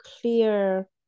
clear